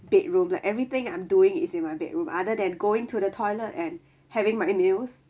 bedroom like everything I'm doing is in my bedroom other than going to the toilet and having my meals